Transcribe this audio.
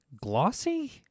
glossy